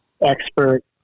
expert